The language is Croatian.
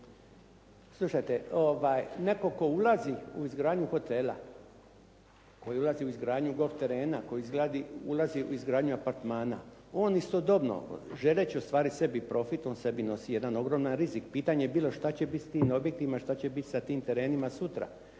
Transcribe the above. Slušajte, netko tko ulazi u izgradnju hotela, tko ulazi u izgradnju golf terena, tko ulazi u izgradnju apartmana on istodobno želeći ostvariti sebi profit on sebi nosi jedan ogroman rizik. Pitanje je bilo šta će biti s tim objektima, šta će biti s tim terenima sutra.